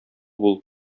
бул